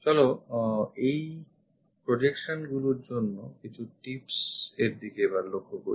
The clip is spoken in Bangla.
চলো আমরা এই projection গুলির জন্য কিছু tips এর দিকে তাকাই